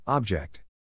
Object